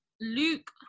Luke